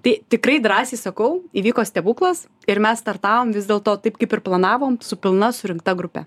tai tikrai drąsiai sakau įvyko stebuklas ir mes startavom vis dėlto taip kaip ir planavom su pilna surinkta grupe